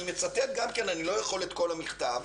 אני לא יכול לצטט כאן את כל המכתב,